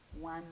one